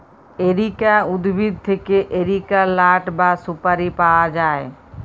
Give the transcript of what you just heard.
areca উদ্ভিদ থেক্যে areca লাট বা সুপারি পায়া যায়